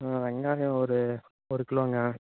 ஆ வெங்காயம் ஒரு ஒரு கிலோங்க